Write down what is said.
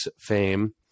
fame